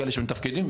כאלה שמתפקדים.